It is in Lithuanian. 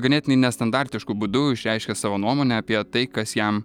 ganėtinai nestandartišku būdu išreiškia savo nuomonę apie tai kas jam